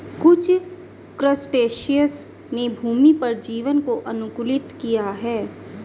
कुछ क्रस्टेशियंस ने भूमि पर जीवन को अनुकूलित किया है